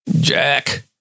Jack